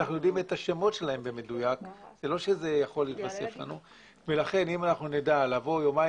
אנחנו יודעים את השמות שלהם במדויק ולכן אם אנחנו נדע לבוא יומיים